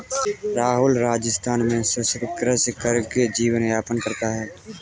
राहुल राजस्थान में शुष्क कृषि करके जीवन यापन करता है